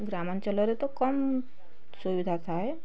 ଗ୍ରାମାଞ୍ଚଳରେ ତ କମ୍ ସୁବିଧା ଥାଏ